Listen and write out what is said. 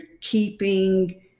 keeping